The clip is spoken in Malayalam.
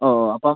ഓ ഓ അപ്പോൾ